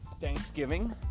Thanksgiving